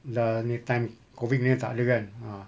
dah ini time COVID ini tak ada kan ah